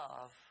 love